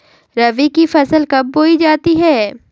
रबी की फसल कब बोई जाती है?